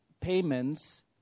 payments